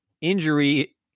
injury